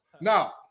Now